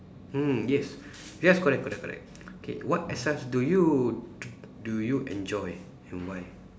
mm yes yes correct correct correct okay what exercise do you do you enjoy and why